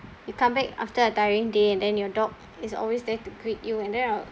you come back after a tiring day and then your dog is always there to greet you and then I will